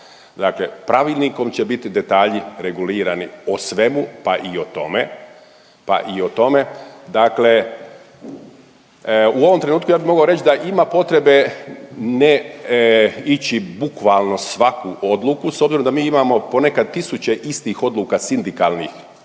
Dakle pravilnikom će biti detalji regulirani o svemu pa i o tome, pa i o tome. Dakle u ovom trenutku ja bih mogao reći da ima potrebe ne ići bukvalno svaku odluku s obzirom da mi imamo ponekad tisuće istih odluka sindikalnih